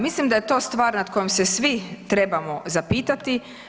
Mislim da je to stvar nad kojom se svi trebamo zapitati.